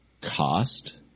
cost